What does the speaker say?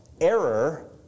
error